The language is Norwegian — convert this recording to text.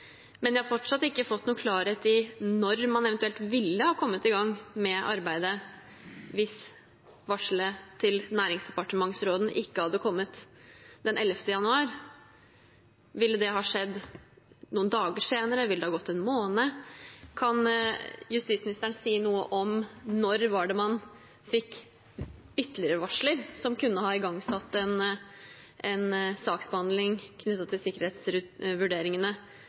Men jeg har fortsatt ikke fått noen klarhet i når man eventuelt ville ha kommet i gang med arbeidet hvis varselet til næringsdepartementsråden ikke hadde kommet den 11. januar. Ville det ha skjedd noen dager senere? Ville det ha gått en måned? Kan justisministeren si noe om når man fikk ytterligere varsler som kunne ha igangsatt en saksbehandling knyttet til sikkerhetsvurderingene,